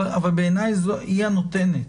בעיניי היא הנותנת.